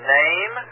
name